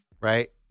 right